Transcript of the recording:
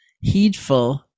heedful